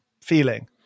feeling